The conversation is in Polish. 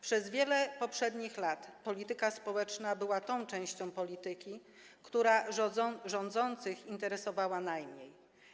Przez wiele poprzednich lat polityka społeczna była tą częścią polityki, która rządzących interesowała najmniej.